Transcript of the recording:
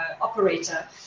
operator